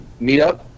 meetup